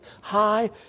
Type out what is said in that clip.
high